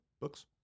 Books